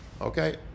Okay